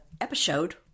episode